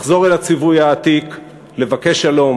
לחזור אל הציווי העתיק, לבקש שלום